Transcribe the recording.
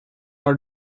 our